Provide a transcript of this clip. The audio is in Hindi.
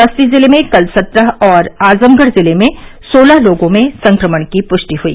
बस्ती जिले में कल सत्रह और आजमगढ़ जिले में सोलह लोगों में संक्रमण की प्रष्टि हुई